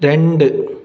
രണ്ട്